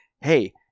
hey